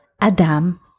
Adam